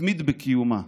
תתמיד בקיומה.